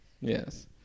yes